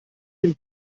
den